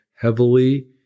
heavily